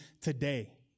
today